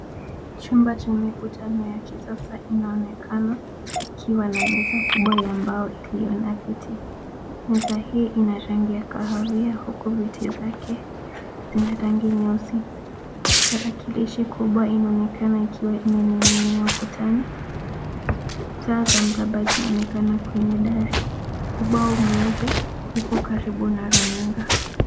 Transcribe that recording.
Chumba cha mikutano ya kisasa inaonekana ikiwa na meza kubwa ya mbao iliyo na viti. Meza hii ina rangi ya kahawia huku viti zake zina rangi nyeusi. Tarakilishi kubwa inaonekana ikiwa imening'inia ukutani. Taa za mraba zinaonekana kwenye dari. Ubao mweupe upo karibu na runinga.